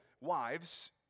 wives